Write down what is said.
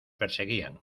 perseguían